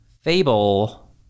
fable